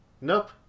Nope